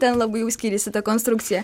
ten labai jau skyrėsi ta konstrukcija